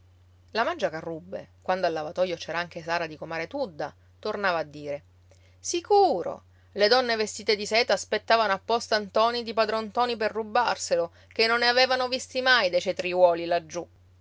la mangiacarrubbe quando al lavatoio c'era anche sara di comare tudda tornava a dire sicuro le donne vestite di seta aspettavano apposta ntoni di padron ntoni per rubarselo che non ne avevano visti mai dei cetriuoli laggiù